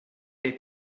they